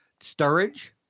Sturridge